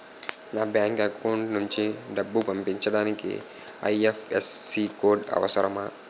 నా bank account నుంచి డబ్బు పంపించడానికి ఐ.ఎఫ్.ఎస్.సి కోడ్ అవసరమా?